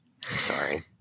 Sorry